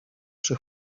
przy